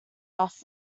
buff